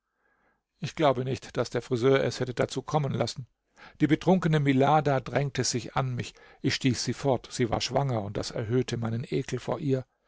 ich glaube nicht daß der friseur es hätte dazu kommen lassen die betrunkene milada drängte sich an mich ich stieß sie fort sie war schwanger und das erhöhte meinen ekel vor ihr